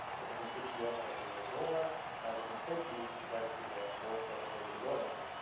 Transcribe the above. it doesn't pick you up at your door. and it doesn't take you right to the doorstep of where you're going to.